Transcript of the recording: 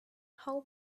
how